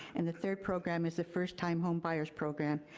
and the third program is the first time homebuyers program.